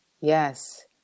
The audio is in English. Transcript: Yes